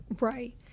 Right